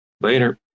Later